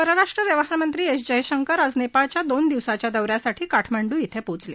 परराष्ट्र व्यवहारमंत्री एस जयशंकर आज नेपाळच्या दोन दिवसांच्या दौ यासाठी काठमांडू ॐ पोचले